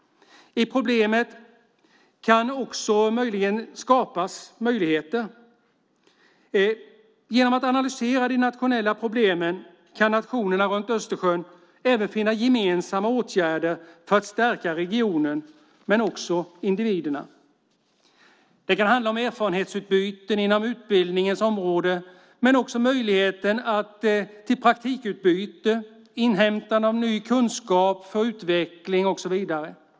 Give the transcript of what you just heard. I problemet kan också möjligen skapas möjligheter. Genom att analysera de nationella problemen kan nationerna runt Östersjön även finna gemensamma åtgärder för att stärka regionen och individerna. Det kan handla om erfarenhetsutbyte inom utbildningens område men också möjligheten till praktikutbyte, inhämtande av ny kunskap för utveckling och så vidare.